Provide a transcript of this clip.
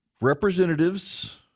Representatives